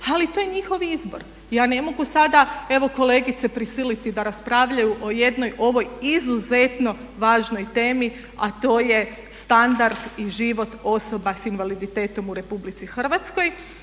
Ali to je njihov izbor, evo ja ne mogu sada evo kolegice prisiliti da raspravljaju o jednoj ovoj izuzetno važnoj temi a to je standard i život osoba s invaliditetom u RH.